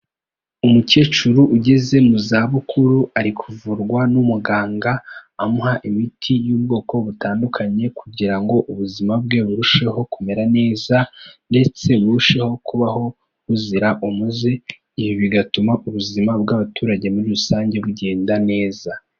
Umukecuru ugeze mu zabukuru ari kuvurwa n'umuganga amuha imiti y'ubwoko butandukanye kugira ngo ubuzima bwe burusheho kumera neza ndetse burusheho kubaho buzira umuze, ibi bigatuma ubuzima bw'abaturage muri rusange bugenda neza.